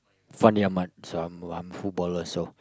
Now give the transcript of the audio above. Fandi-Ahmad so I'm I'm footballer so